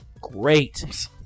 great